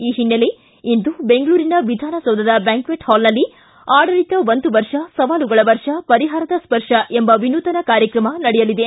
ಈ ಹಿನ್ನೆಲೆ ಇಂದು ಬೆಂಗಳೂರಿನ ವಿಧಾನಸೌಧದ ಬ್ಯಾಂಕ್ಷೆಟ್ ಹಾಲ್ನಲ್ಲಿ ಆಡಳಿತ ಒಂದು ವರ್ಷ ಸವಾಲುಗಳ ವರ್ಷ ಪರಿಹಾರದ ಸ್ಪರ್ಶ ಎಂಬ ವಿನೂತನ ಕಾರ್ಯಕ್ರಮ ನಡೆಯಲಿದೆ